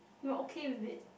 you are okay with it